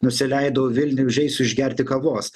nusileidau vilniuj užeisiu išgerti kavos